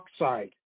oxide